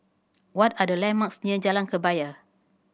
what are the landmarks near Jalan Kebaya